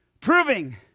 proving